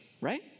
right